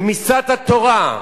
רמיסת התורה,